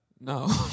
No